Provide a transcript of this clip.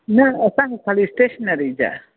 न असां खाली स्टेशनरी जा